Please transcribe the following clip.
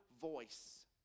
voice